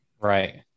Right